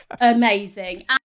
amazing